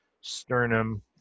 sternum